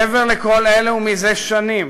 מעבר לכל אלו, זה שנים